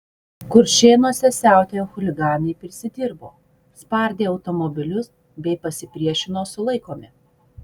kuršėnuose siautėję chuliganai prisidirbo spardė automobilius bei pasipriešino sulaikomi